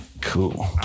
Cool